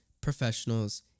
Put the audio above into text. professionals